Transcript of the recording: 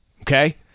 okay